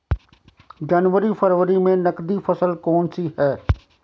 जनवरी फरवरी में नकदी फसल कौनसी है?